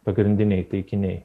pagrindiniai taikiniai